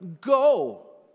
go